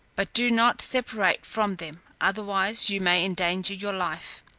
but do not separate from them, otherwise you may endanger your life.